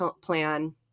plan